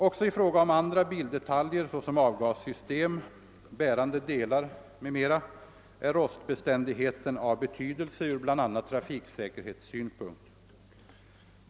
Också i fråga om andra bildetaljer, såsom <avgassystem, bärande «delar m.m., är rostbeständigheten av betydelse från bl.a. trafiksäkerhetssynpunkt.